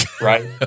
Right